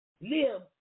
live